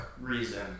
reason